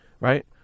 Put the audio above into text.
right